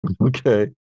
Okay